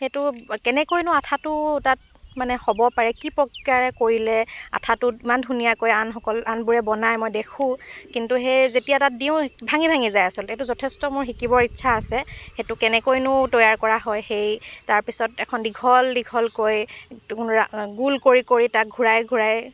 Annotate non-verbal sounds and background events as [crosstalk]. সেইটো কেনেকৈনো আঠাটো তাত মানে হ'ব পাৰে কি প্ৰক্ৰিয়াৰে কৰিলে আঠাটো ইমান ধুনীয়াকৈ আনসকল আনবোৰে বনায় মই দেখোঁ কিন্তু সেই যেতিয়া তাত দিওঁ ভাঙি ভাঙি যায় আচলতে এইটো যথেষ্ট মোৰ শিকিবৰ ইচ্ছা আছে সেইটো কেনেকৈনো তৈয়াৰ কৰা হয় সেই তাৰ পিছত এখন দীঘল দীঘলকৈ [unintelligible] গোল কৰি কৰি তাক ঘূৰাই ঘূৰাই